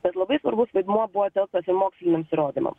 bet labai svarbus vaidmuo buvo telktas į moksliniams įrodymams